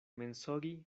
mensogi